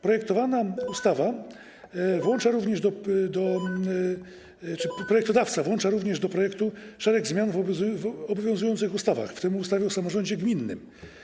Projektowana ustawa włącza również, to znaczy, projektodawca włącza również do projektu szereg zmian w obowiązujących ustawach, w tym w ustawie o samorządzie gminnym.